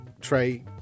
Trey